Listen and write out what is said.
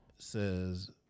Says